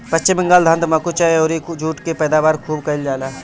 पश्चिम बंगाल धान, तम्बाकू, चाय अउरी जुट के पैदावार खूब कईल जाला